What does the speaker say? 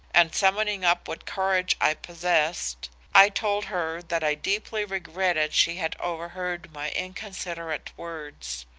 and summoning up what courage i possessed, i told her that i deeply regretted she had overheard my inconsiderate words.